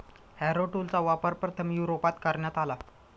Harrow टूलचा वापर प्रथम युरोपात करण्यात आला